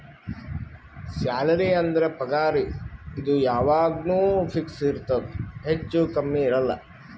salary ಅಂದುರ್ ಪಗಾರ್ ಇದು ಯಾವಾಗ್ನು ಫಿಕ್ಸ್ ಇರ್ತುದ್ ಹೆಚ್ಚಾ ಕಮ್ಮಿ ಇರಲ್ಲ